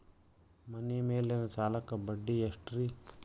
ಮನಿ ಮೇಲಿನ ಸಾಲಕ್ಕ ಬಡ್ಡಿ ಎಷ್ಟ್ರಿ?